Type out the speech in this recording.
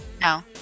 No